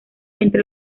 entre